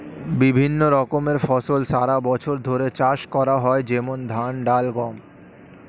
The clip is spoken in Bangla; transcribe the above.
বিভিন্ন রকমের ফসল সারা বছর ধরে চাষ করা হয়, যেমন ধান, ডাল, গম